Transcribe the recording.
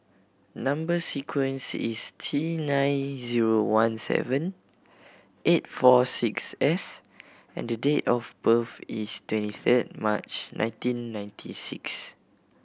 number sequence is T nine zero one seven eight four six S and date of birth is twenty eight March nineteen ninety six